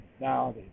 Now